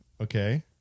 Okay